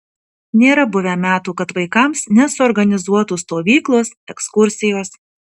nėra buvę metų kad vaikams nesuorganizuotų stovyklos ekskursijos